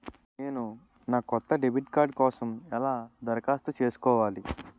నేను నా కొత్త డెబిట్ కార్డ్ కోసం ఎలా దరఖాస్తు చేసుకోవాలి?